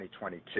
2022